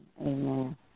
Amen